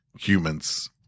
Humans